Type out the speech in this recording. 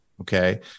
Okay